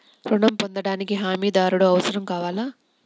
ఋణం పొందటానికి హమీదారుడు అవసరం కావాలా?